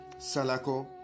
Salako